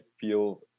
feel